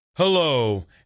Hello